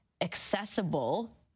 accessible